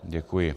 Děkuji.